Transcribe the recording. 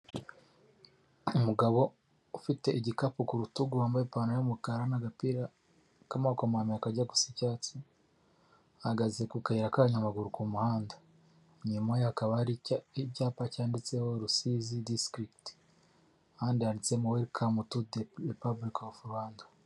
Umugabo ufite igikapu ku rutugu wambaye ipantaro y'umukara n'agapira k'amaboko maremare kajya gusa icyatsi, ahagaze ku kayira k'abanyamaguru ku muhanda. Inyuma hakaba hari icyapa cyanditseho Rusizi district ahandi handitsemo welcome to the Republic of Rwanda.